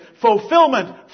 fulfillment